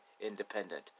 independent